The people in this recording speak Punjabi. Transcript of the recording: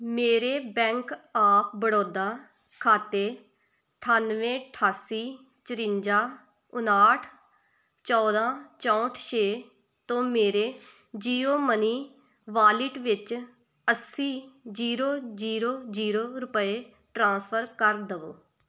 ਮੇਰੇ ਬੈਂਕ ਆਫ ਬੜੌਦਾ ਖਾਤੇ ਅਠਾਨਵੇਂ ਅਠਾਸੀ ਚੁਰੰਜਾ ਉਣਾਹਠ ਚੌਦ੍ਹਾਂ ਚੌਂਹਠ ਛੇ ਤੋਂ ਮੇਰੇ ਜੀਓਮਨੀ ਵਾਲਿਟ ਵਿੱਚ ਅੱਸੀ ਜ਼ੀਰੋ ਜ਼ੀਰੋ ਜ਼ੀਰੋ ਰੁਪਏ ਟ੍ਰਾਂਸਫਰ ਕਰ ਦੇਵੋ